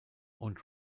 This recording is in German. und